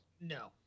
No